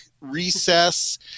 recess